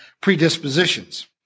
predispositions